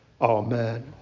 Amen